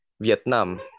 Vietnam